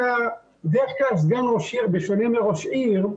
בדרך כלל סגן ראש עיר, בשונה מראש עיר,